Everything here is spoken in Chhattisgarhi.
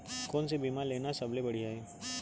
कोन स बीमा लेना सबले बढ़िया हे?